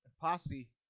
posse